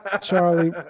Charlie